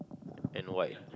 and white